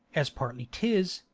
as partly tis,